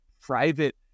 private